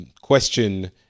question